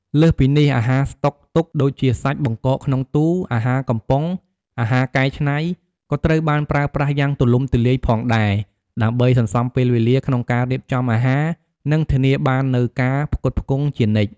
លើសពីនេះ អាហារស្តុកទុក ដូចជាសាច់បង្កកក្នុងទូរ អាហារកំប៉ុង អាហារកែច្នៃ ក៏ត្រូវបានប្រើប្រាស់យ៉ាងទូលំទូលាយផងដែរ ដើម្បីសន្សំពេលវេលាក្នុងការរៀបចំអាហារ និងធានាបាននូវការផ្គត់ផ្គង់ជានិច្ច។